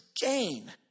gain